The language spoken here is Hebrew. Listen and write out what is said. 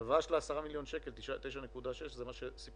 ההלוואה של 9.6 מיליון שקל זה מה שסיפר